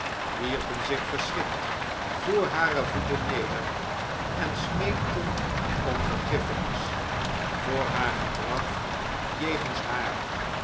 wierpen zich verschrikt voor hare voeten neder en smeekten om vergiffenis voor haar gedrag jegens haar